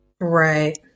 Right